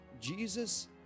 Jesus